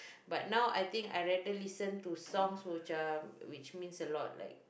but now I think I rather listen to songs which are which means a lot like